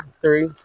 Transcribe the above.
three